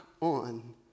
on